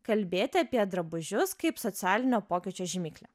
kalbėti apie drabužius kaip socialinio pokyčio žymiklį